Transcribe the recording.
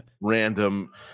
Random